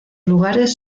lugares